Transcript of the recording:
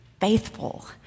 faithful